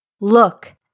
Look